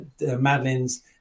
Madeline's